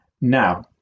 Now